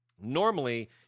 normally